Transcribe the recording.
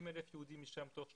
כ-50,000 יהודים תוך שנתיים-שלוש.